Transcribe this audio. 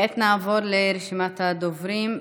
כעת נעבור לרשימת הדוברים.